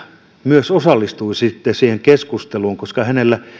myös osallistuisi siihen keskusteluun koska hänellä